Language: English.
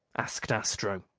asked astro.